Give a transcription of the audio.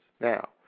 Now